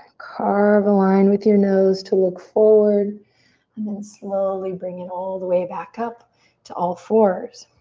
carve a line with your nose to look forward and then slowly bring it all the way back up to all fours.